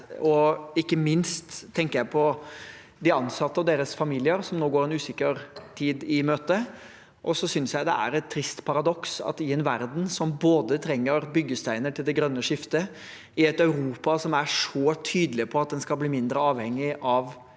ikke minst tenker jeg på de ansatte og deres familier som nå går en usikker tid i møte. Jeg synes det er et trist paradoks at vi i en verden som trenger byggesteiner til det grønne skiftet, i et Europa som er så tydelig på at en skal bli mindre avhengig av